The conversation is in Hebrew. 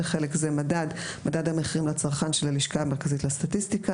בחלק זה "מדד" מדד המחירים לצרכן של הלשכה המרכזית לסטטיסטיקה.